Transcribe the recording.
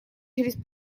через